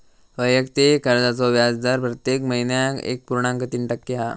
वैयक्तिक कर्जाचो व्याजदर प्रत्येक महिन्याक एक पुर्णांक तीन टक्के हा